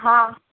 હા